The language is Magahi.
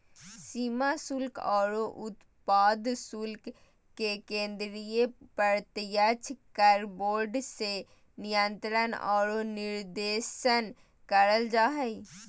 सीमा शुल्क आरो उत्पाद शुल्क के केंद्रीय प्रत्यक्ष कर बोर्ड से नियंत्रण आरो निर्देशन करल जा हय